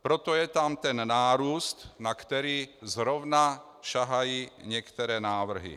Proto tam je ten nárůst, na který zrovna sahají některé návrhy.